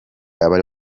abari